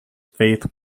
faith